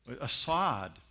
Assad